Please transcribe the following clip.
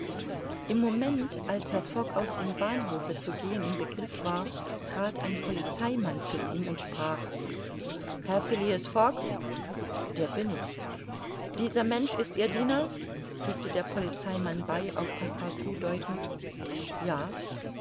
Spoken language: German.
im moment als herr fogg aus dem bahnhofe zu gehen im begriff war trat ein polizeimann zu ihm und sprach herr phileas fogg der bin ich dieser mensch ist ihr diener fügte der polizeimann bei auf passepartout deutend ja